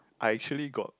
I actually got